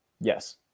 Yes